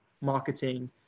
marketing